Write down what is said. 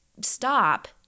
stop